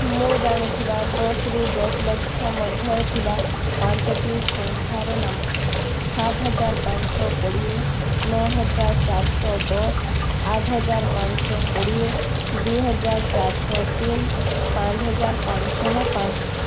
ମୁଁ ଜାଣିଥିବା ଦଶ ରୁ ଦଶଲକ୍ଷ ମଧ୍ୟରେ ଥିବା ପାଞ୍ଚଟି ସଂଖ୍ୟାର ନାମ ସାତହଜାର ପାଞ୍ଚଶହ କୋଡ଼ିଏ ନଅହଜାର ଚାରିଶହଦଶ ଆଠହଜାର ପାଞ୍ଚଶହକୋଡ଼ିଏ ଦୁଇହଜାର ଚାରିଶହତିନି ପାଞ୍ଚହଜାର ପାଞ୍ଚଶହପାଞ୍ଚ